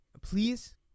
please